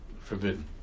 forbidden